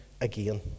again